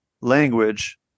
language